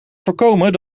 voorkomen